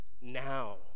now